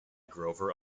grover